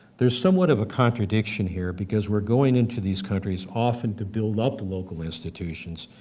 there's somewhat of a contradiction here because we're going into these countries often to build up local institutions,